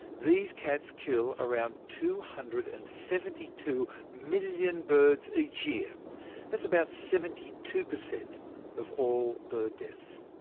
these cats kill around two hundred and seventy two million birds each year that's about seventy two percent of all bird deaths.